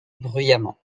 bruyamment